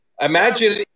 imagine